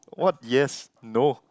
what yes no